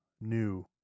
new